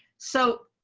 so,